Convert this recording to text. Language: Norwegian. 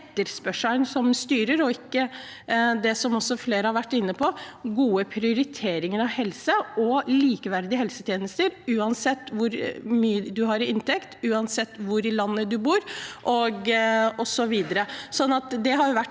etterspørselen som styrer, og ikke – som flere har vært inne på – gode prioriteringer av helse og likeverdige helsetjenester uansett hvor mye man har i inntekt, uansett hvor i landet man bor, osv.